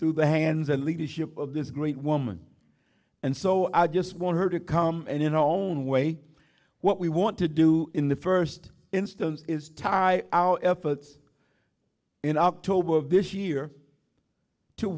through the hands and leadership of this great woman and so i just want her to come in in our own way what we want to do in the first instance is tie our efforts in october of this year to